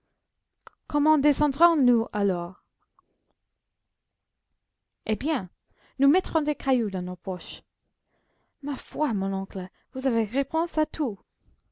comment descendrons nous alors eh bien nous mettrons des cailloux dans nos poches ma foi mon oncle vous avez réponse à tout